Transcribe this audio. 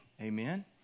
Amen